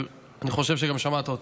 ואני חושב שגם שמעת אותי: